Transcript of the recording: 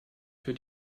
für